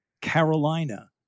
Carolina